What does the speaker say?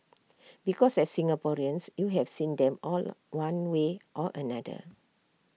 because as Singaporeans you have seen them all one way or another